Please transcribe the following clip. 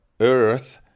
Earth